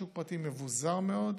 שוק פרטי מבוזר מאוד.